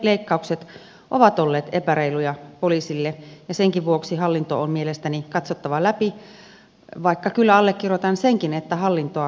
juustohöyläleikkaukset ovat olleet epäreiluja poliisille ja senkin vuoksi hallinto on mielestäni katsottava läpi vaikka kyllä allekirjoitan senkin että hallintoa tarvitaan